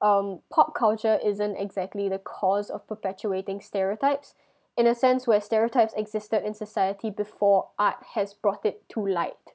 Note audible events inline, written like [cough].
um pop culture isn't exactly the cause of perpetuating stereotypes [breath] in a sense where stereotypes existed in society before art has brought it to light